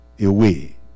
away